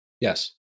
Yes